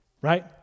right